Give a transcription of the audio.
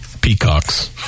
peacocks